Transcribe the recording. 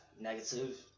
negative